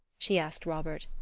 she asked robert.